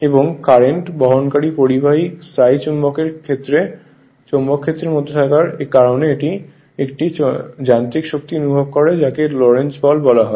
এবং কারেন্ট বহনকারী পরিবাহী স্থায়ী চুম্বকের চৌম্বক ক্ষেত্রের মধ্যে থাকার কারণে এটি একটি যান্ত্রিক শক্তি অনুভব করে যাকে লরেন্টজ বল বলা হয়